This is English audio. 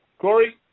Corey